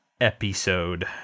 episode